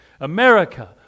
America